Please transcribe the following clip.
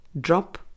drop